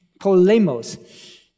Polemos